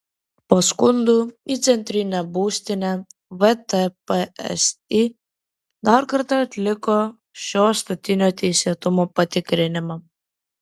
po skundų į centrinę būstinę vtpsi dar kartą atliko šio statinio teisėtumo patikrinimą